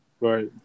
right